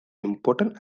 important